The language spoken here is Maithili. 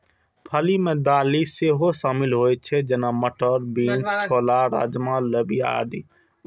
फली मे दालि सेहो शामिल होइ छै, जेना, मटर, बीन्स, छोला, राजमा, लोबिया आदि